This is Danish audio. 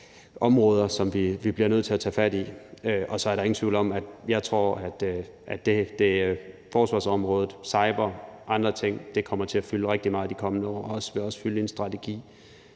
områder, som vi bliver nødt til at tage fat i. Og så er der ingen tvivl om, at forsvarsområdet, cyber og andre ting kommer til at fylde rigtig meget de kommende år og vil også fylde i en strategi.